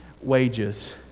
wages